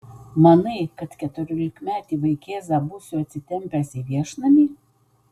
manai kad keturiolikmetį vaikėzą būsiu atsitempęs į viešnamį